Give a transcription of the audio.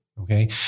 Okay